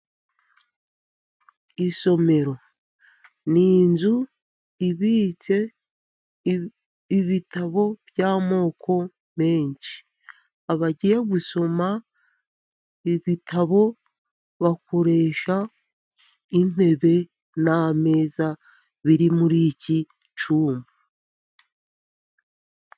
Isomero ni inzu ibitse ibitabo by'amoko menshi. Abagiye gusoma ibitabo, bakoresha intebe, n'ameza biri muri iki cyumba.